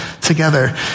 together